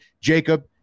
jacob